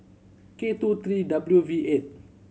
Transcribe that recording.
K two three W V eight